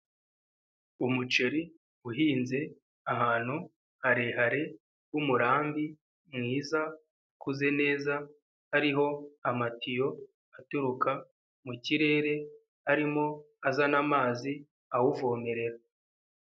Umuceri uhinze ahantu harehare h'umurambi mwiza ukuze neza hariho amatiyo aturuka mu kirere arimo azana amazi awuvomerera.